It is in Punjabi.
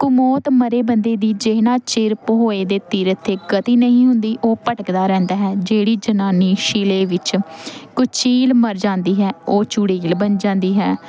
ਕਮੌਤ ਮਰੇ ਬੰਦੇ ਦੀ ਜਿੰਨਾ ਚਿਰ ਪਹੋਏ ਦੇ ਤੀਰਥ 'ਤੇ ਗਤੀ ਨਹੀਂ ਹੁੰਦੀ ਉਹ ਭਟਕਦਾ ਰਹਿੰਦਾ ਹੈ ਜਿਹੜੀ ਜਨਾਨੀ ਸਿਲੇ ਵਿੱਚ ਕੁਚੀਲ ਮਰ ਜਾਂਦੀ ਹੈ ਉਹ ਚੂੜੇਲ ਬਣ ਜਾਂਦੀ ਹੈ